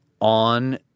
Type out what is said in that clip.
on